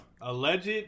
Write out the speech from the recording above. Alleged